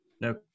no